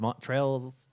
trails